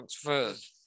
first